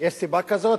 יש סיבה כזאת,